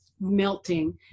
melting